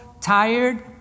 Tired